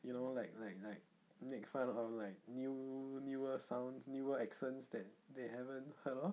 you know like like like make fun of like new newer sounds newer accents that they haven't heard of